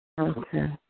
Okay